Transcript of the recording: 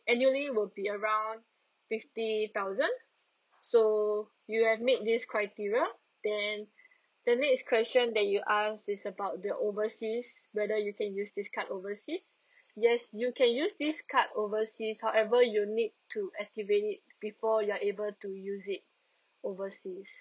annually will be around fifty thousand so you have meet this criteria then the next question that you ask is about the overseas whether you can use this card overseas yes you can use this card overseas however you need to activate it before you are able to use it overseas